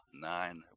nine